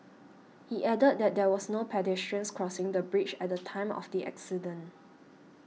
he added that there was no pedestrians crossing the bridge at the time of the accident